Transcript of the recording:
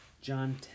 John